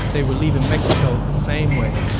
they were leaving mexico the same way